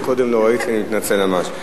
לא ראיתי, אני מתנצל ממש.